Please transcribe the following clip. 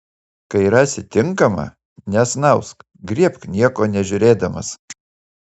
kai rasi tinkamą nesnausk griebk nieko nežiūrėdamas